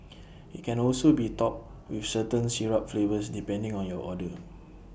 IT can also be topped with certain syrup flavours depending on your order